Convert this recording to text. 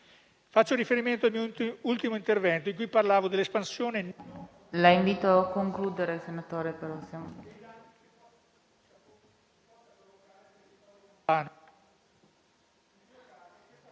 Faccio riferimento al mio ultimo intervento, in cui parlavo dell'espansione...